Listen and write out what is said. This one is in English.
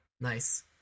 Nice